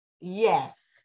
Yes